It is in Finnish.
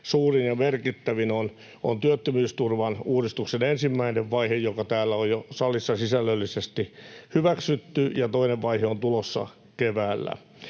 suurin ja merkittävin on työttömyysturvan uudistuksen ensimmäinen vaihe, joka on jo täällä salissa sisällöllisesti hyväksytty, ja toinen vaihe on tulossa keväällä.